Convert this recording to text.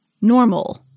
normal